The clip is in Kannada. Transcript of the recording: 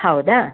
ಹೌದಾ